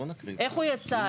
איך הוא יצא?